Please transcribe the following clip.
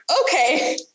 okay